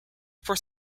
for